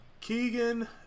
Keegan